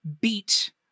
beat